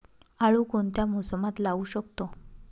आळू कोणत्या मोसमात लावू शकतो?